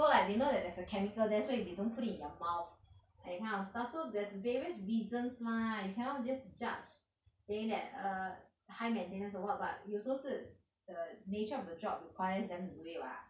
so like they know that there's a chemical there so that they don't put it in their mouth and that kind of stuff so there's various reasons lah you cannot just judge saying that err high maintenance or what but 有时候是 the nature of the job requires them to do it [what]